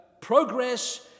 progress